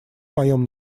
моем